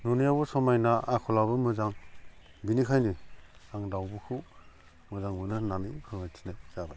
नुनायावबो समायना आखलाबो मोजां बिनिखायनो आं दाउब'खौ मोजां मोनो होननानै फोरमायथिनाय जाबाय